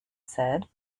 said